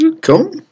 Cool